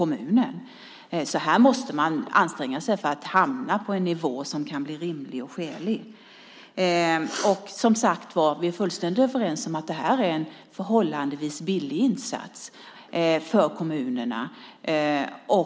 Man måste anstränga sig för att hamna på en nivå som är rimlig och skälig. Vi är helt överens om att det här är en insats som är förhållandevis billig för kommunerna - beviljad via SOL eller LSS.